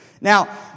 Now